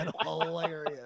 hilarious